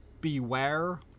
Beware